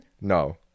No